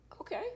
Okay